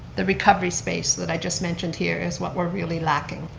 the recovery space that i just mentioned here is what we're really lacking.